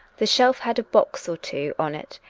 the shelf had a box or two on it,